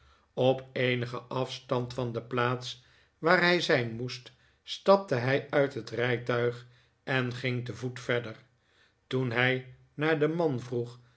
op eenigen afstand van de plaats waar hij zijn moest stapte hij uit het rijtuig en ging te voet verder toen hij naar den man vroeg